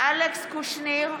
אלכס קושניר,